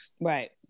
Right